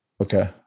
Okay